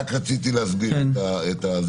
אז אני רק רציתי להסביר את הזה,